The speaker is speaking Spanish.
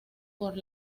por